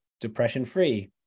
depression-free